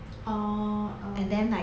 orh um